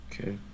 Okay